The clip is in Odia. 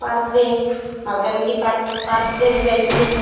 ପାର୍କରେ ମାଲକାନଗିରି ପାର୍କରେ ବି ଯାଇଥିଲି